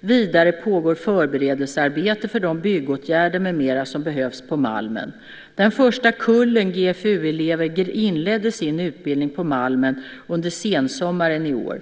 Vidare pågår förberedelsearbetet för de byggåtgärder med mera som behövs på Malmen. Den första kullen GFU-elever inledde sin utbildning på Malmen under sensommaren i år.